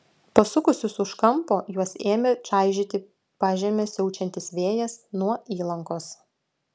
pasukusius už kampo juos ėmė čaižyti pažeme siaučiantis vėjas nuo įlankos